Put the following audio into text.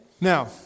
Now